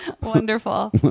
Wonderful